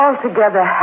Altogether